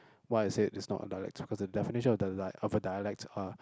why I said it's not a dialect because the definition of the definition of a dialects are